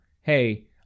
hey